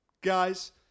guys